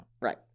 Right